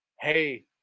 hey